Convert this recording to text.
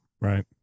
right